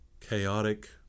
chaotic